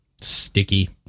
Sticky